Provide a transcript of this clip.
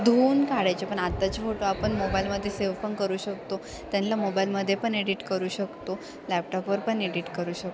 धुवून काढायचे पण आत्ताची फोटो आपण मोबाईलमध्ये सेव पण करू शकतो त्यांना मोबाईलमध्ये पण एडिट करू शकतो लॅपटॉपवर पण एडिट करू शकतो